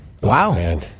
Wow